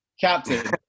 Captain